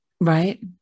Right